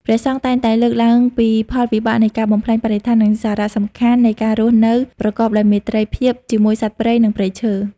ព្រះសង្ឃតែងតែលើកឡើងពីផលវិបាកនៃការបំផ្លាញបរិស្ថាន និងសារៈសំខាន់នៃការរស់នៅប្រកបដោយមេត្រីភាពជាមួយសត្វព្រៃ និងព្រៃឈើ។